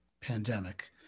pandemic